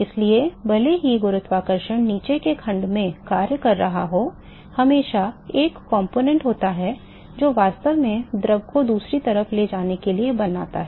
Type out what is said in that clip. इसलिए भले ही गुरुत्वाकर्षण नीचे के खंड में कार्य कर रहा हो हमेशा एक घटक होता है जो वास्तव में द्रव को दूसरी तरफ ले जाने के लिए बनाता है